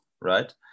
Right